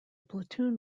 platoon